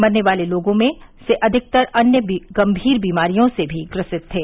मरने वाले लोगों में से अधिकतर अन्य गंभीर बीमारियों से भी ग्रसित थे